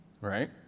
right